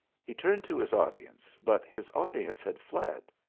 he turned to his audience, but his audience had fled.